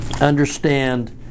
understand